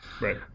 Right